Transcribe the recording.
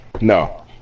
No